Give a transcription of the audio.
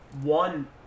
One